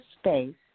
space